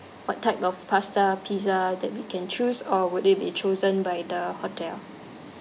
what type of pasta pizza that we can choose or would they be chosen by the hotel